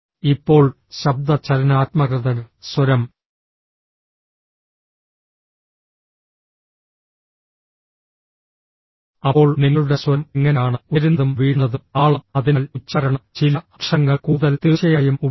ഇപ്പോൾ ശബ്ദ ചലനാത്മകത സ്വരം അപ്പോൾ നിങ്ങളുടെ സ്വരം എങ്ങനെയാണ് ഉയരുന്നതും വീഴുന്നതും താളം അതിനാൽ ഉച്ചാരണം ചില അക്ഷരങ്ങൾ കൂടുതൽ തീർച്ചയായും ഉപയോഗിക്കുന്നത്